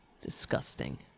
Disgusting